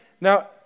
Now